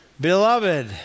Beloved